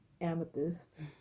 amethyst